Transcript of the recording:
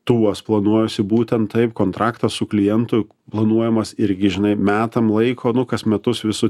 tuos planuojuosiu būtent taip kontraktą su klientu planuojamas irgi žinai metam laiko nu kas metus visu